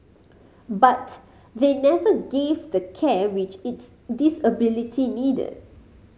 but they never gave the care which its disability needed